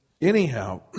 Anyhow